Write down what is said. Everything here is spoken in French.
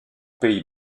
pays